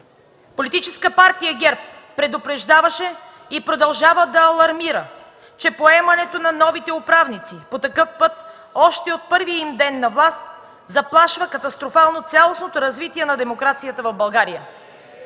Политическа партия ГЕРБ предупреждаваше и продължава да алармира, че поемането на новите управници по такъв път още от първия им ден на власт заплашва катастрофално цялостното развитие на демокрацията в България.